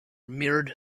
mirrored